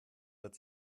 wird